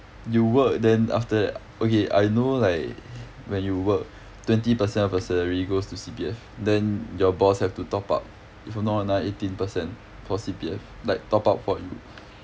you work then after that okay I know like when you work twenty percent of your salary goes to C_P_F then your boss have to top up if I'm not wrong another eighteen percent for C_P_F like top up for you